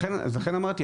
לכן אמרתי,